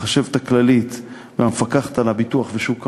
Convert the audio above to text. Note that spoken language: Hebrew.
החשבת הכללית והמפקחת על הביטוח ושוק ההון.